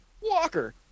walker